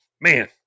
Man